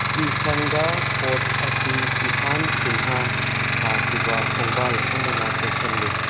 ꯀꯤꯁꯪꯒ ꯄꯣꯔꯠ ꯑꯁꯤ ꯀꯤꯁꯥꯟ ꯁꯤꯡꯍꯥ ꯁꯥꯈꯤꯕ ꯈꯣꯡꯕꯥꯟ ꯑꯃꯅ ꯀꯣꯏꯁꯜꯂꯤ